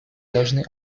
должны